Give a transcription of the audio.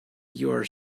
your